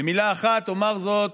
במילה אחת אומר זאת: